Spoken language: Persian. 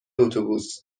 اتوبوس